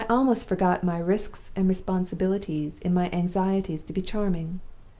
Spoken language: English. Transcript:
i almost forgot my risks and responsibilities in my anxieties to be charming.